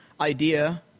idea